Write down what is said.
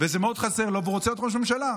וזה מאוד חסר, הוא רוצה להיות ראש ממשלה,